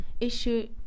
issue